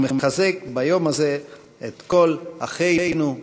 ומחזק ביום הזה את כל אחינו,